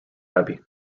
abbey